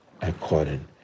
according